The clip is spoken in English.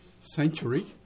century